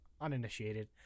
uninitiated